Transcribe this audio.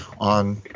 on